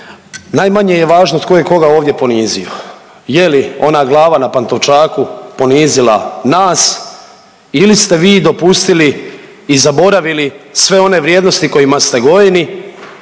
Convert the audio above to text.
najmanje je važno tko je koga ovdje ponizio je li ona glava na Pantovčaku ponizila nas ili ste vi dopustili i zaboravili sve one vrijednosti kojima ste gojeni